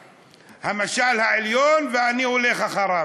המשל העליון, ואני הולך אחריו.